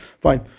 fine